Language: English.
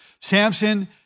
Samson